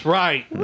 right